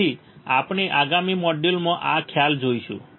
તેથી આપણે આગામી મોડ્યુલમાં આ ખ્યાલ જોઈશું